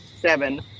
seven